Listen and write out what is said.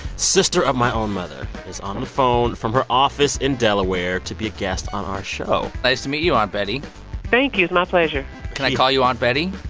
sister of my own mother, is on the phone from her office in delaware to be a guest on our show nice to meet you, aunt betty thank you. it's my pleasure can i call you aunt betty?